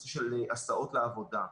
נושא של הסעות לעבודה,